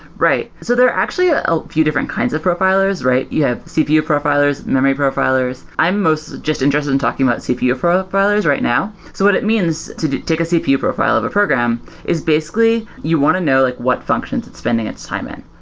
right. so there are actually ah a few different kinds of profilers, right? have yeah cpu profilers, memory profilers. i'm most just interested in talking about cpu profilers right now. so what it means to take a cpu profiler of a program is basically you want to know like what functions it's spending its time in.